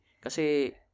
kasi